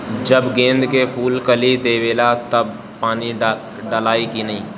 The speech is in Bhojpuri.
जब गेंदे के फुल कली देवेला तब पानी डालाई कि न?